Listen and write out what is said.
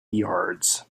yards